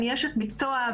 אני אשת מקצוע,